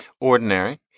ordinary